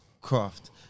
craft